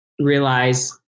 realize